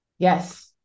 Yes